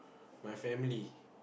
my family